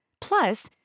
Plus